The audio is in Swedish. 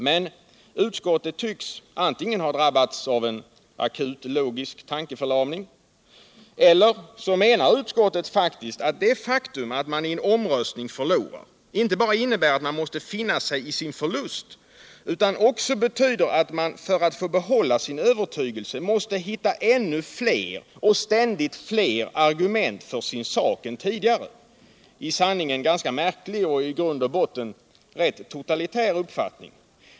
Men utskottet tycks antingen ha drabbats av en akut logisk tankeförlamning, eller också menar utskottet att det faktum att man förlorar i en omröstning inte bara innebär att man måste finna sig i sin förlust utan också betyder att man för att få behålla sin övertygelse måste hitta ännu fler och ständigt fler argument för sin sak än tidigare — 1 sanning en ganska märklig och i grund och botten rätt totalitär uppfattning.